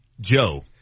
Joe